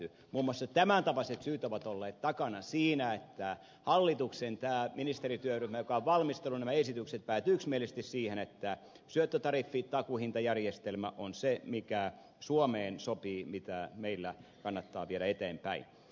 muun muassa tämäntapaiset syyt ovat olleet takana siinä että hallituksen ministerityöryhmä joka on valmistellut nämä esitykset päätyi yksimielisesti siihen että syöttötariffi takuuhintajärjestelmä on se mikä suomeen sopii mitä meillä kannattaa viedä eteenpäin